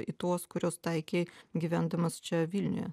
į tuos kuriuos taikei gyvendamas čia vilniuje